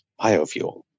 biofuel